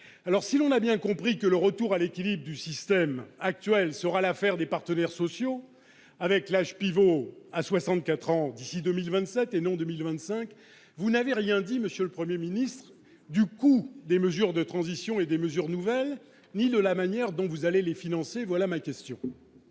Nous avons bien compris que le retour à l'équilibre du système actuel serait l'affaire des partenaires sociaux et que l'âge pivot serait fixé à 64 ans d'ici à 2027, et non 2025, mais vous n'avez rien dit, monsieur le Premier ministre, du coût des mesures de transition et des mesures nouvelles ni de la manière dont vous allez les financer. La parole